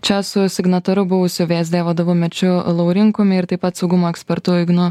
čia su signataru buvusiu vsd vadovu mečiu laurinkumi ir taip pat saugumo ekspertu ignu